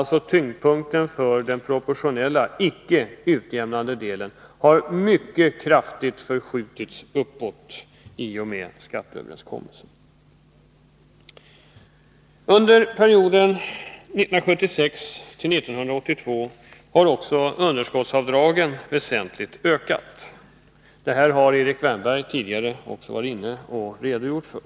Tyngdpunkten för den proportionella, icke utjämnande delen kommer i och med skatteöverenskommelsen således att mycket kraftigt förskjutas uppåt. Under perioden 1976-1982 har också underskottsavdragen ökat väsentligt. Det har Erik Wärnberg tidigare redogjort för.